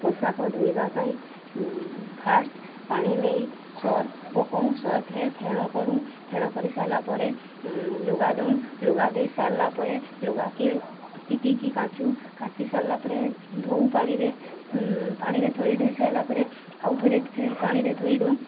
ପୋଷାକ ଧୋଇବା ପାଇଁ ଫାଷ୍ଟ୍ ପାଣି ନେଇ ସର୍ଫ ପକଉ ସର୍ଫରେ ଫେଣ କରୁ ଫେଣ କରିସାରିଲା ପରେ ଲୁଗା ଦେଉ ଲୁଗା ଦେଇ ସାରିଲା ପରେ ଲୁଗାକେ ପିଟିକି କାଚୁ କାଚି ସାରିଲା ପରେ ଧଉ ପାଣିରେ ପାଣିରେ ଥରେ ଧୋଇ ସାରିଲା ପରେ ଆଉ ଥରେ ଫେର୍ ପାଣିରେ ଧୋଇ ଦେଉ